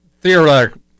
Theoretically